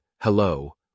Hello